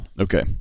okay